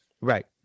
Right